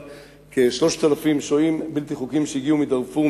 כ-3,000 שוהים בלתי חוקיים שהגיעו מדארפור,